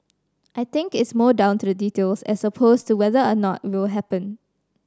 I think it's more down to the details as opposed to whether or not it will happen